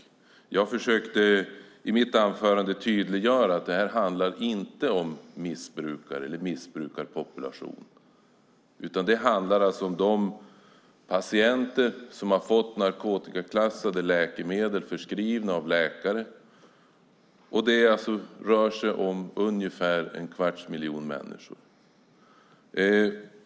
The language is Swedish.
I mitt anförande försökte jag tydliggöra att det inte handlar om missbrukare eller om en missbrukarpopulation, utan det handlar om patienter som fått narkotikaklassade läkemedel förskrivna av läkare. Det rör sig om ungefär en kvarts miljon människor.